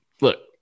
Look